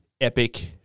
epic